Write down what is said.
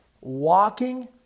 walking